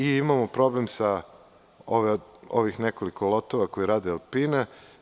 Imamo problem sa ovih nekoliko lotova koje radi „Alpina“